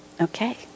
Okay